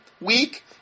week